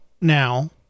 now